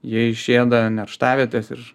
jie išėda nerštavietes ir